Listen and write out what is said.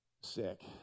sick